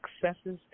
successes